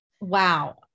wow